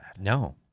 No